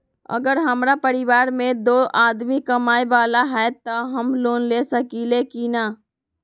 अगर हमरा परिवार में दो आदमी कमाये वाला है त हम लोन ले सकेली की न?